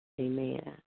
Amen